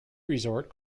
resort